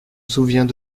souviens